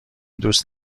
دوست